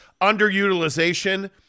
underutilization